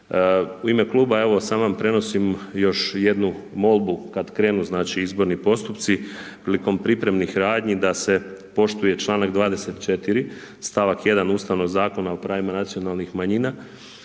U ime kluba, samo prenosim još jednu molbu, kada krenu izborni postupci, prilikom pripremnih radnji, da se poštuje članak 24. stavak 1 ustavnog Zakona o pravima nacionalnih manjina,